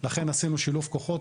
לכן עשינו שילוב כוחות,